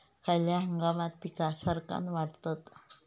खयल्या हंगामात पीका सरक्कान वाढतत?